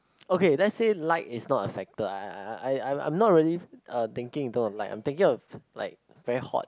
okay let's say light is not a factor I I I I'm not really thinking in term of light I'm thinking of like very hot